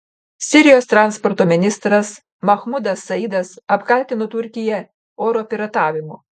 sirijos transporto ministras mahmudas saidas apkaltino turkiją oro piratavimu